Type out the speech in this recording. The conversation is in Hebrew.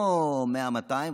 לא 200-100,